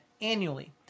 annually